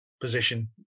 position